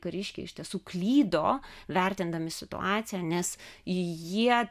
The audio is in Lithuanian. kariškiai iš tiesų klydo vertindami situaciją nes jie